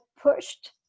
pushed